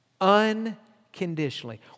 unconditionally